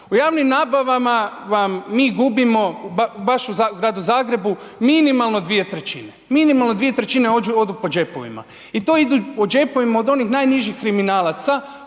U javnim nabavama vam mi gubimo baš u gradu Zagrebu minimalno 2/3, minimalno 2/3 odu po džepovima. I to idu po džepovima od onih najnižih kriminalaca